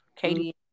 Katie